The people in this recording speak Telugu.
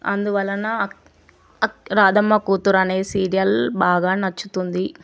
అందువలన అక్ రాదమ్మకూతురు అనే సీరియల్ బాగానచ్చుతుంది